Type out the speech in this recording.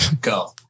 Go